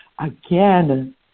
again